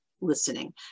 listening